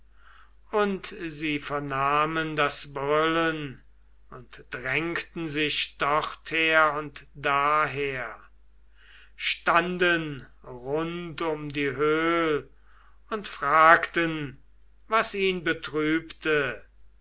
und sie vernahmen das brüllen und drängten sich dorther und daher standen rund um die höhl und fragten was ihn betrübte